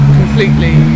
completely